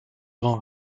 grand